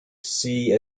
see